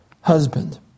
husband